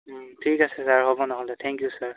ঠিক আছে ছাৰ হ'ব নহ'লে থেংক ইউ ছাৰ